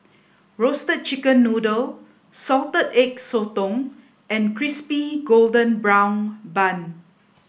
roasted chicken noodle salted egg sotong and Crispy Golden Brown Bun